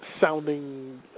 sounding